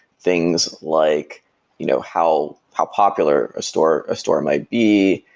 things like you know how how popular a store a store might be,